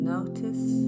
Notice